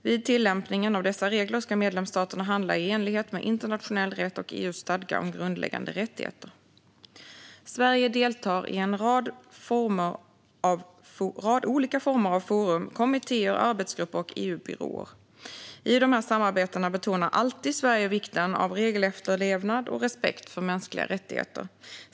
Vid tillämpningen av dessa regler ska medlemsstaterna handla i enlighet med internationell rätt och EU:s stadga om grundläggande rättigheter. Sverige deltar i en rad olika former av forum, kommittéer, arbetsgrupper och EU-byråer. I de här samarbetena betonar alltid Sverige vikten av regelefterlevnad och respekt för mänskliga rättigheter.